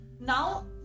Now